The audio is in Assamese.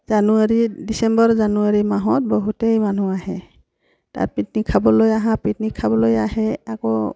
জানুৱাৰীত ডিচেম্বৰ জানুৱাৰী মাহত বহুতেই মানুহ আহে তাত পিকনিক খাবলৈ অহা পিকনিক খাবলৈ আহে আকৌ